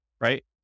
right